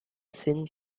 thin